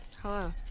hello